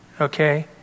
Okay